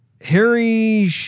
Harry